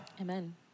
Amen